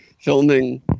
filming